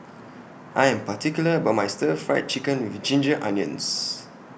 I Am particular about My Stir Fried Chicken with Ginger Onions